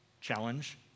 challenge